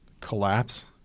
collapse